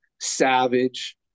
savage